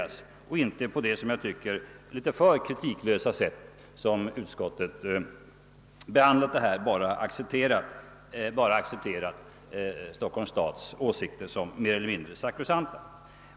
Utskottet har på ett enligt min mening litet för kritiklöst sätt bara accepterat Stockholms stads åsikter som mer eller mindre sakrosankta.